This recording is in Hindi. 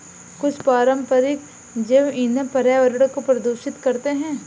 कुछ पारंपरिक जैव ईंधन पर्यावरण को प्रदूषित करते हैं